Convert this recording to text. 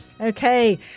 Okay